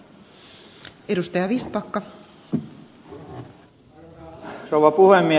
arvoisa rouva puhemies